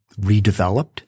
redeveloped